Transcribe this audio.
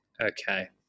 Okay